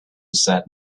said